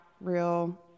real